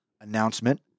announcement—